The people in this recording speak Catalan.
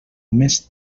més